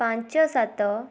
ପାଞ୍ଚ ସାତ